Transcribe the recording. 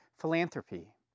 philanthropy